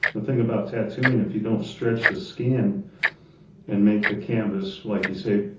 the thing about tattooing, if you don't stretch the skin and make the canvas, like you say,